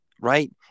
right